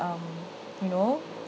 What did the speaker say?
um you know